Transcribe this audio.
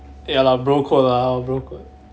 ya lah bro code lah bro code